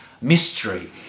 mystery